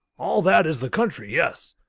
all that is the country, yes,